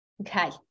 okay